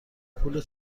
پول